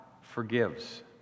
forgives